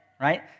right